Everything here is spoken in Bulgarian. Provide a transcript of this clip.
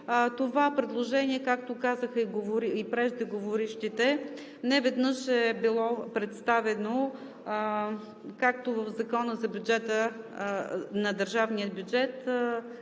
това предложение, както казаха и преждеговорившите, неведнъж е било представяно както в Закона за държавния бюджет,